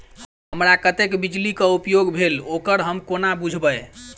हमरा कत्तेक बिजली कऽ उपयोग भेल ओकर हम कोना बुझबै?